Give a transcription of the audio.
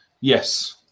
Yes